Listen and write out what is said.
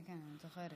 כן, כן, אני זוכרת.